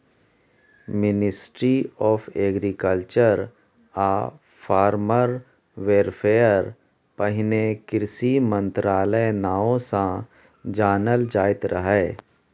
ministry of agriculture आ farmer welfare पहिने कृषि मंत्रालय नाओ सँ जानल जाइत रहय